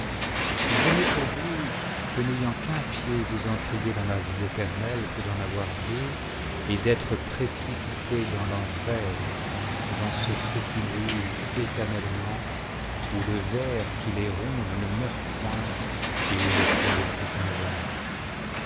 il vaut mieux pour vous que n'ayant qu'un pied vous entriez dans la vie éternelle que d'en avoir deux et d'être précipité dans l'enfer dans ce feu qui brûle éternellement où le ver qui les ronge ne meurt point et où le feu ne s'éteint jamais